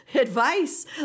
advice